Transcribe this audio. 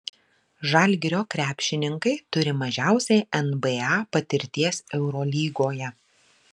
žalgirio krepšininkai turi mažiausiai nba patirties eurolygoje